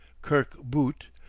kirk boott,